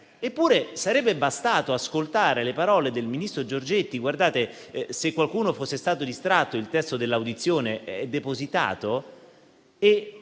Eppure, sarebbe bastato ascoltare le parole del ministro Giorgetti - se qualcuno fosse stato distratto, il testo dell'audizione è depositato -